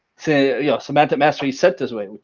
say yo semantic mastery set this way.